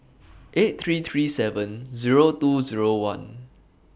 eight three three seven Zero two Zero one